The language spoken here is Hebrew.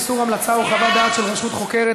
איסור המלצה או חוות דעת של רשות חוקרת),